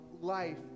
life